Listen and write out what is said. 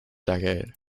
decade